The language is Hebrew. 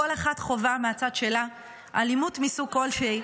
כל אחת חווה מהצד שלה אלימות מסוג כלשהו